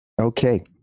okay